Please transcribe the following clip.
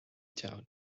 town